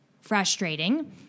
frustrating